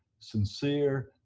sincere,